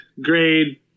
grade